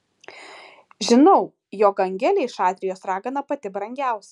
žinau jog angelei šatrijos ragana pati brangiausia